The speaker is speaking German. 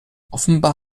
offenbar